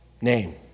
name